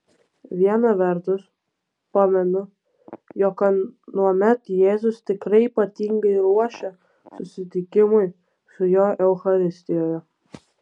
viena vertus pamenu jog anuomet jėzus tikrai ypatingai ruošė susitikimui su juo eucharistijoje